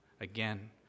again